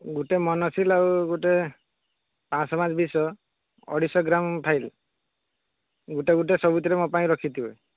ଗୋଟେ ମୋନୋସିଲ୍ ଆଉ ଗୋଟେ ପାଞ୍ଚ ଶହ ପାଞ୍ଚ ବିଷ ଅଢ଼େଇଶହ ଗ୍ରାମ ଫାଇଲ୍ ଗୋଟେ ଗୋଟେ ସବୁଥିରୁ ମୋ ପାଇଁ ରଖିଥିବେ